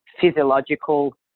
physiological